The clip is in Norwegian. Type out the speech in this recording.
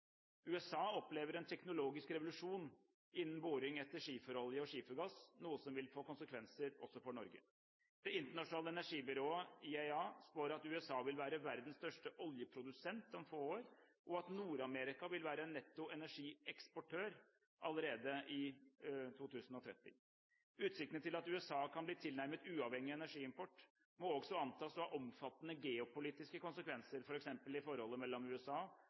USA opplever en teknologisk revolusjon innen boring etter skiferolje og skifergass, noe som vil få konsekvenser også for Norge. Det internasjonale energibyrået, IEA, spår at USA vil være verdens største oljeprodusent om få år, og at Nord-Amerika vil være netto energieksportør allerede i 2030. Utsiktene til at USA kan bli tilnærmet uavhengig av energiimport, må også antas å ha omfattende geopolitiske konsekvenser, f.eks. i forholdet mellom USA